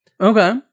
okay